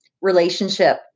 relationship